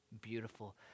beautiful